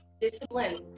Discipline